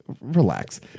Relax